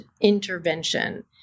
intervention